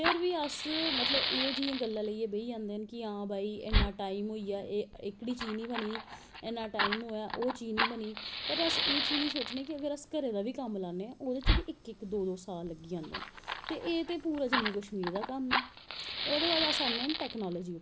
फिर बी अस एह् जेहियां गल्लां लेईयै बेही जन्नें आं कि हां भाई इन्नां टाईम होइया एह्कड़ी चीज़ नी बनी इन्नां टाईम होया ओह् चीज़ नी बनी पर अस एह् नी सोचनें कि अगर अस घरे दा बी कम्म लान्नें उस च बी इक इस दो दो साल लग्गी जंदे न ते एह् ते पूरा जम्मू कश्मीर दा कम्म ऐ ओह्दे बाद आनें आं टैकनॉलजी पर